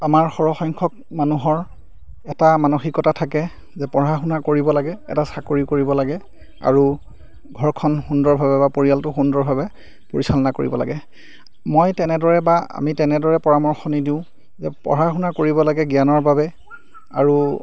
আমাৰ সৰহসংখ্যক মানুহৰ এটা মানসিকতা থাকে যে পঢ়া শুনা কৰিব লাগে এটা চাকৰি কৰিব লাগে আৰু ঘৰখন সুন্দৰভাৱে বা পৰিয়ালটো সুন্দৰভাৱে পৰিচালনা কৰিব লাগে মই তেনেদৰে বা আমি তেনেদৰে পৰামৰ্শ নিদিওঁ যে পঢ়া শুনা কৰিব লাগে জ্ঞানৰ বাবে আৰু